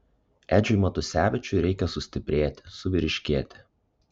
edžiui matusevičiui reikia sustiprėti suvyriškėti